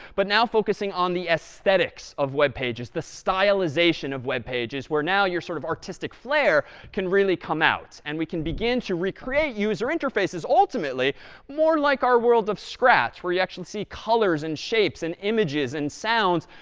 but now focusing on the aesthetics of web pages, the stylization of web pages, where now your sort of artistic flair can really come out. and we can begin to recreate user interfaces ultimately more like our world of scratch, where you actually see colors and shapes and images and sounds,